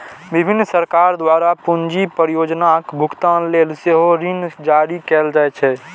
विभिन्न सरकार द्वारा पूंजी परियोजनाक भुगतान लेल सेहो ऋण जारी कैल जाइ छै